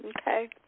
Okay